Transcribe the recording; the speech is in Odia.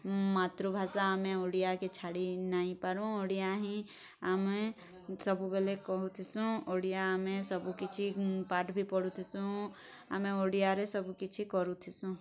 ମାତୃଭାଷା ଆମେ ଓଡ଼ିଆକେ ଛାଡ଼ି ନାଇପାରୁଁ ଓଡ଼ିଆ ହିଁ ଆମେ ସବୁବେଲେ କହୁଥିସୁଁ ଓଡ଼ିଆ ଆମେ ସବୁକିଛି ପାଠ୍ ବି ପଢ଼ୁଥିସୁଁ ଆମେ ଓଡ଼ିଆରେ ସବୁ କିଛି କରୁଥିସୁଁ